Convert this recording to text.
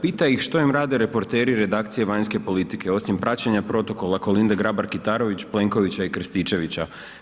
Pita ih što im rade reporteri redakcije vanjske politike osim praćenja protokola Kolinde Grabar Kitarović, Plenkovića i Krstičevića?